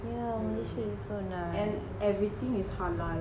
yeah malaysia is so nice